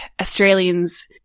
Australians